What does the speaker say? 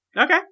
Okay